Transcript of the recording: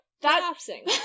Collapsing